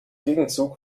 gegenzug